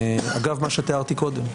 אגב מה שתיארתי קודם,